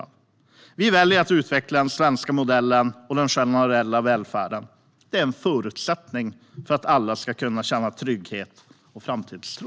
Vi väljer att utveckla den svenska modellen och den generella välfärden. Det är en förutsättning för att alla ska kunna känna trygghet och framtidstro.